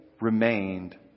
remained